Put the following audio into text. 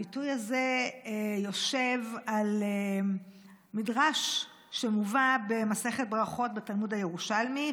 הביטוי הזה יושב על מדרש שמובא במסכת ברכות בתלמוד הירושלמי,